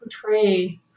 portray